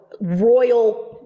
royal